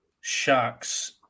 Sharks